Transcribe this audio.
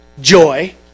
joy